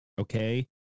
okay